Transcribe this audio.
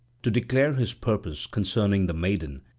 to declare his purpose concerning the maiden,